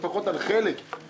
לפחות לגבי חלק מן הדברים,